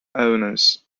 owners